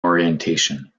orientation